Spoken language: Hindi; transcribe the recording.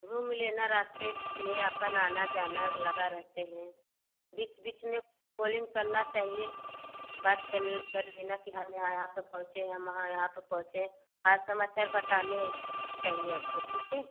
घूम लेना रास्ते में आपन आना जाना लगा रहते हैं बीच बीच में कोलिंग करना चाहिए बात कर कर लेना कि हाँ हम यहाँ यहाँ तक पहुँचे हैं हम वहाँ यहाँ पर पहुँचे हैं हाल समाचार बताने चाहिए आपको ठीक है